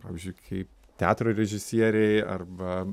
pavyzdžiui kaip teatro režisieriai arba